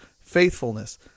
faithfulness